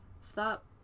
stop